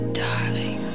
darling